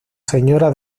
señora